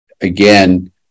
again